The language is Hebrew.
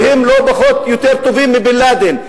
והם לא יותר טובים מבן-לאדן.